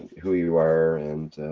who you are and.